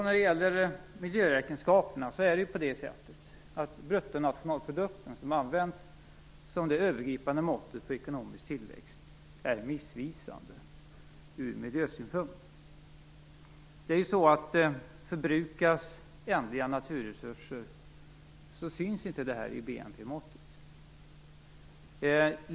När det gäller miljöräkenskaperna är bruttonationalprodukten, som används som det övergripande måttet på ekonomisk tillväxt, missvisande ur miljösynpunkt. Förbrukas ändliga naturresurser syns inte detta i BNP-måttet.